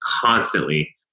constantly